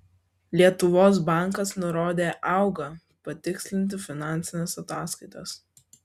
lietuvos bankas nurodė auga patikslinti finansines ataskaitas